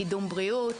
קידום בריאות,